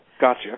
gotcha